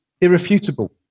irrefutable